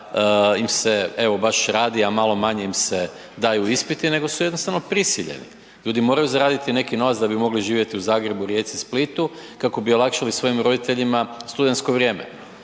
im se evo baš radi, a malo manje im se daju ispiti nego su jednostavno prisiljeni. Ljudi moraju zaraditi neki novac da bi mogli živjeti u Zagrebu, Rijeci, Splitu kako bi olakšali svojim roditeljima studentsko vrijeme.